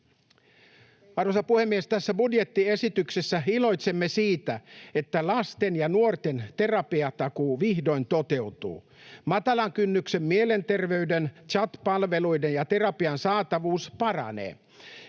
Arvoisa puhemies! Tässä budjettiesityksessä iloitsemme siitä, että lasten ja nuorten terapiatakuu vihdoin toteutuu. Matalan kynnyksen mielenterveyden chat-palveluiden ja terapian saatavuus paranee.